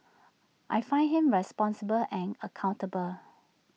I find him responsible and accountable